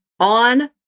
on